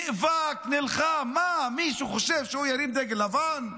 נאבק, נלחם, מה, מישהו חושב שהוא ירים דגל לבן?